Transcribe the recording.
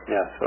Yes